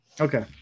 okay